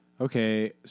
Okay